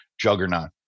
juggernaut